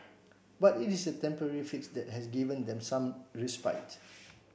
but it is a temporary fix that has given them some respite